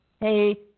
hey